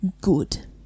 good